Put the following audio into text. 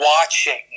watching